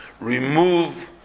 remove